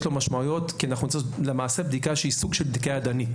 יש לו משמעויות כי אנחנו נצטרך לעשות בדיקה שהיא סוג של בדיקה ידנית,